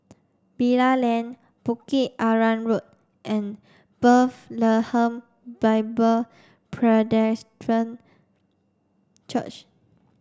Bilal Lane Bukit Arang Road and Bethlehem Bible Presbyterian Church